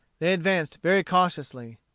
they advanced very cautiously.